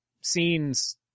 scenes